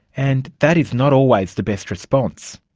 and that is not always the best response.